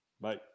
Bye